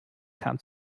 kam